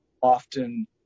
often